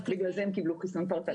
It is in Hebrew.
לכן הם קיבלו חיסון פרטני.